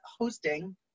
hosting